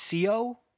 CO